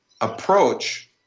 approach